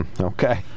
okay